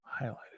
highlighted